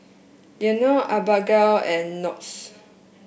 Leone Abagail and Knox